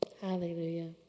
Hallelujah